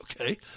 Okay